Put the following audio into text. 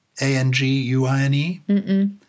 A-N-G-U-I-N-E